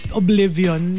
oblivion